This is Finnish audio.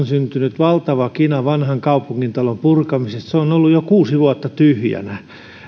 syntynyt valtava kina vanhan kaupungintalon purkamisesta se on ollut jo kuusi vuotta tyhjänä